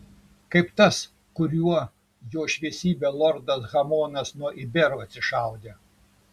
kaip tas kuriuo jo šviesybė lordas hamonas nuo iberų atsišaudė